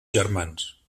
germans